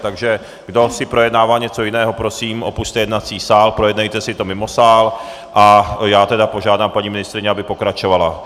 Takže kdo si projednává něco jiného, prosím, opusťte jednací sál, projednejte si to mimo sál a já tedy požádám paní ministryni, aby pokračovala.